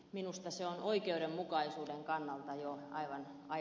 minusta se on jo oikeudenmukaisuuden kannalta aivan väärin